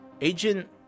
agent